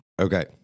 Okay